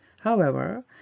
however,